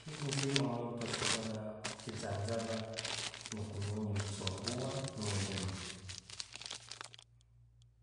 Ekiyinzi omuntu osoboora okukijjanjaba no'kunyungya omuchunguwa nendiimu.